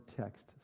text